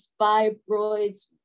fibroids